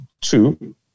two